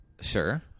sure